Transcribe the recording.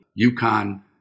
UConn